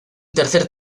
tercer